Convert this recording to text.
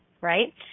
right